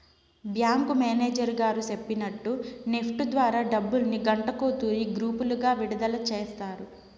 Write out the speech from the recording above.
bank manager గారు సెప్పినట్టు NEFT ద్వారా డబ్బుల్ని గంటకో తూరి గ్రూపులుగా విడదల సేస్తారు